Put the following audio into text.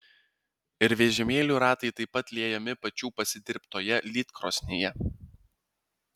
ir vežimėlių ratai taip pat liejami pačių pasidirbtoje lydkrosnėje